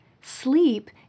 Sleep